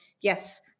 yes